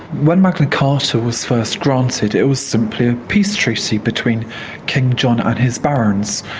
when magna carta was first granted it was simply a peace treaty between king john and his barons.